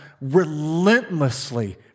relentlessly